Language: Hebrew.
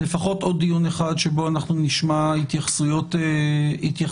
לפחות עוד דיון אחד שבו נשמע התייחסויות עקרוניות.